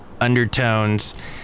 undertones